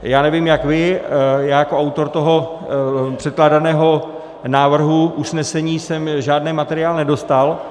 Já nevím jak vy, já jako autor toho předkládaného návrhu usnesení jsem žádný materiál nedostal.